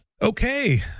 Okay